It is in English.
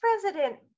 President